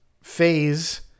phase